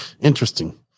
Interesting